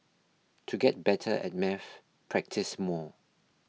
to get better at maths practise more